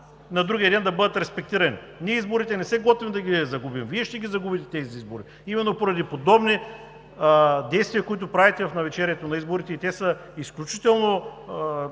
на другия ден да бъдат респектирани. Изборите не се готвим да ги загубим, Вие ще ги загубите именно поради подобни действия, които правите в навечерието им. Те са изключително